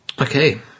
Okay